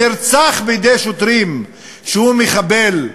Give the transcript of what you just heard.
נרצח, בידי שוטרים, שהוא מחבל.